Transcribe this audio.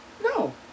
No